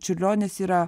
čiurlionis yra